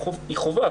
היא חווה.